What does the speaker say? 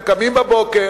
הם קמים בבוקר,